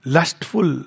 Lustful